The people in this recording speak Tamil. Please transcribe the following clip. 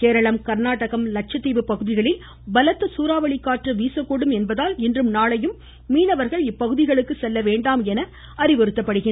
கேரளம் கர்நாடகம் லட்சதீவு பகுதிகளில் பலத்த சூராவளிக்காற்று வீசக்கூடும் என்பதால் இன்றும் நாளையும் மீனவர்கள் இப்பகுதிகளுக்கு செல்ல வேண்டாம் என அறிவுறுத்தப்படுகின்றனர்